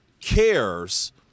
cares